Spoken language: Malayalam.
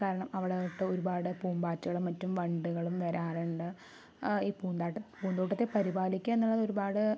കാരണം അവിടെ ഒരുപാട് പൂമ്പാറ്റകളും മറ്റും വണ്ടുകളും വരാറുണ്ട് ഈ പൂന്തോട്ടത്തെ പരിപാലിക്കുക എന്നുള്ളത് ഒരുപാട്